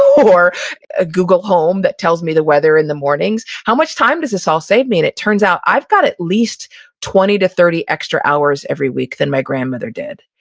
or ah google home that tells me the weather in the mornings. how much time does this all save me? and it turns out, i've got at least twenty to thirty extra hours every week than my grandmother did.